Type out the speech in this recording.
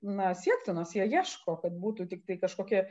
na siektinos jie ieško kad būtų tiktai kažkokie